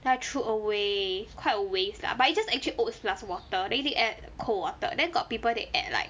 then I threw away quite a waste lah but it's just actually oats plus some water then you can add cold water then got people they add like